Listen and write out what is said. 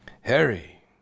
Harry